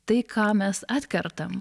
tai ką mes atkertam